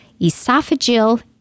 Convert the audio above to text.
esophageal